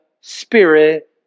Spirit